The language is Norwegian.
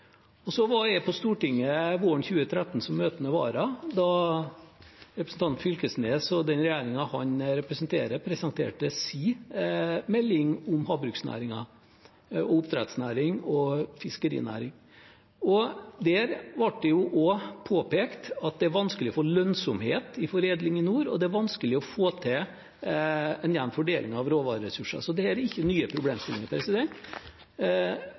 var på Stortinget våren 2013 som møtende vara da representanten Knag Fylkesnes og den regjeringen han representerer, presenterte sin melding om havbruksnæringen, oppdrettsnæringen og fiskerinæringen. Der ble det også påpekt at det er vanskelig å få lønnsomhet i foredling i nord, og at det er vanskelig å få til en jevn fordeling av råvareressurser. Dette er ikke nye problemstillinger.